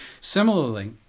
Similarly